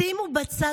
שימו בצד,